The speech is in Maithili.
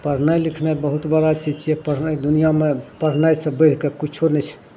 पढ़नाइ लिखनाइ बहुत बड़ा चीज छिए पढ़नाइ दुनिआँमे पढ़नाइसे बढ़िके किछु नहि छै